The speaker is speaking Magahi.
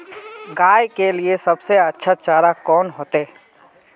गाय के लिए सबसे अच्छा चारा कौन होते?